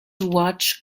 watch